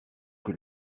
que